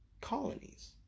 colonies